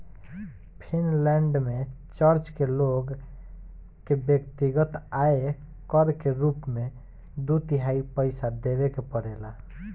Finland में church के लोग के व्यक्तिगत आय कर के रूप में दू तिहाई पइसा देवे के पड़ेला